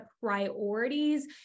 priorities